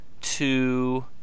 two